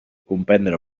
comprendre